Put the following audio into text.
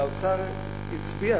האוצר הצביע,